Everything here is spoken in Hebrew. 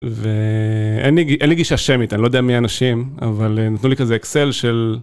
ואין לי גישה שמית, אני לא יודע מי האנשים, אבל נתנו לי כזה אקסל של...